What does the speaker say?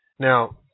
Now